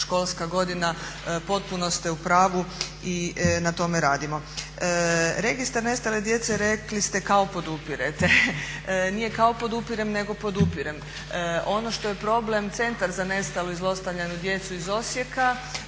školska godina. Potpuno ste u pravu i na tome radimo. Registar nestale djece rekli ste kao podupirete. Nije kao podupirem nego podupirem. Ono što je problem, Centar za nestalu i zlostavljanu djecu iz Osijeka